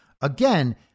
Again